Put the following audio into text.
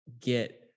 get